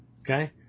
Okay